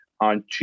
on